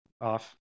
off